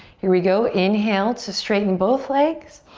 here we go. inhale to straighten both legs.